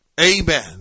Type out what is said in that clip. Amen